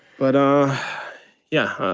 but ah yeah,